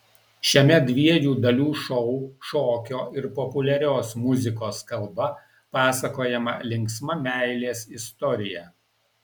šiame dviejų dalių šou šokio ir populiarios muzikos kalba pasakojama linksma meilės istorija